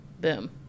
boom